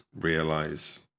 realize